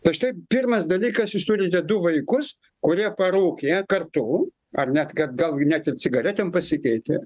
tai štai pirmas dalykas jūs turite du vaikus kurie parūkė kartu ar net kad gal net ir cigaretėm pasikeitė